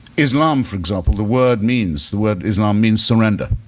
islam for example, the word means, the word islam means surrender,